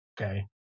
okay